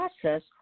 process